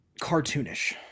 cartoonish